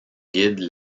guide